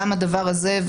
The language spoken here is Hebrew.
גם הדבר הזה,